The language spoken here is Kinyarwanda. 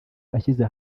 ashyize